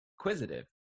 inquisitive